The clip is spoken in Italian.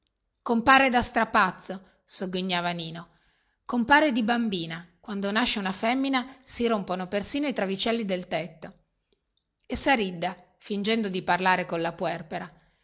compare da strapazzo sogghignava nino compare di bambina quando nasce una femmina si rompono persino i travicelli del tetto e saridda fingendo di parlare colla